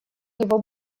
его